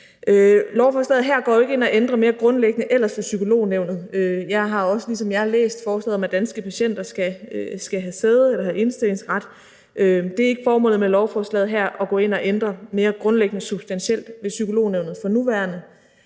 Lovforslaget her går jo ikke ind og ændrer mere grundlæggende ved Psykolognævnet. Jeg har også ligesom jer læst forslaget om, at Danske Patienter skal have sæde eller have indstillingsret, men det er ikke formålet med lovforslaget her at gå ind og ændre mere grundlæggende eller substantielt ved Psykolognævnet for nuværende,